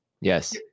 Yes